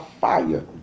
fire